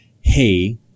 hey